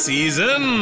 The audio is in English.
Season